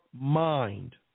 mind